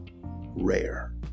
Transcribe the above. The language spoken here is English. rare